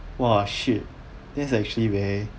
!wah! shit that actually very